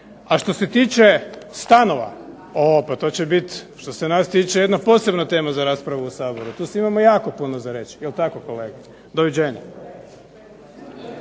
A što se tiče stanova o pa to će biti što se nas tiče jedna posebna tema za raspravu u Saboru. tu svi imamo jako puno za reći, jel tako kolega. Doviđenja.